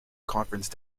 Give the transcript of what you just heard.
conference